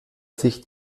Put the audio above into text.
sicht